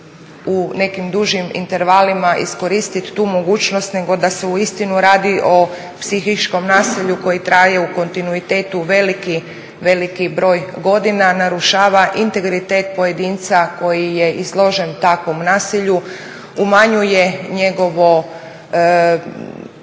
u nekim dužim intervalima iskoristit tu mogućnost, nego da se uistinu radi o psihičkom nasilju koji traje u kontinuitetu veliki broj godina, narušava integritet pojedinca koji je izložen takvom nasilju, smanjuje njegovo